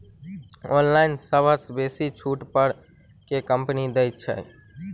Online सबसँ बेसी छुट पर केँ कंपनी दइ छै?